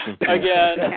Again